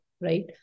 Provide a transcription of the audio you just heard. Right